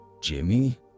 Jimmy